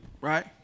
right